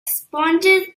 sponges